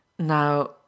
Now